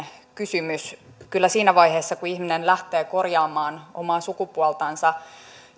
kysymys kyllä siinä vaiheessa kun ihminen lähtee korjaamaan omaa sukupuoltansa